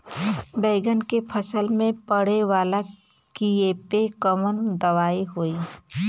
बैगन के फल में पड़े वाला कियेपे कवन दवाई होई?